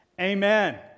Amen